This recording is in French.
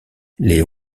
les